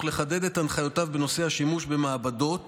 לחדד את הנחיותיו בנושא השימוש במעבדות